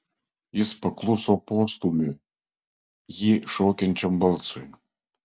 jis pakluso postūmiui jį šaukiančiam balsui